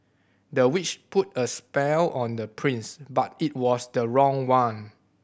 the witch put a spell on the prince but it was the wrong one